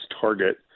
target